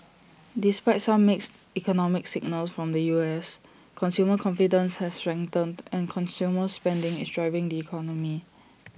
despite some mixed economic signals from the U S consumer confidence has strengthened and consumer spending is driving the economy